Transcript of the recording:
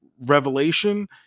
Revelation